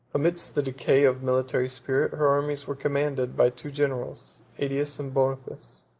amidst the decay of military spirit, her armies were commanded by two generals, aetius and boniface,